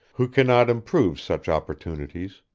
who cannot improve such opportunities.